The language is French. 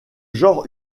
genre